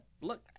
Look